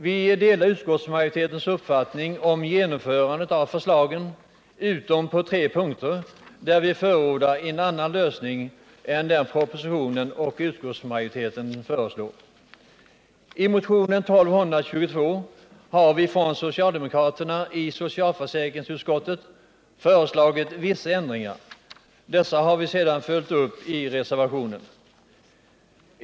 Vi delar utskottsmajoritetens uppfattning om genomförandet av förslagen utom på tre punkter, där vi förordar en annan lösning än den propositionen och utskottsmajoriteten föreslår. I motionen 1222 har vi socialdemokrater i socialförsäkringsutskottet föreslagit vissa ändringar, och dessa har vi sedan följt upp i reservationerna.